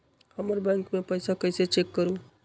हमर बैंक में पईसा कईसे चेक करु?